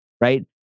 right